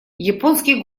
японский